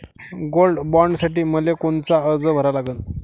Gold बॉण्डसाठी मले कोनचा अर्ज भरा लागन?